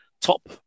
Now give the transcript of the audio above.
top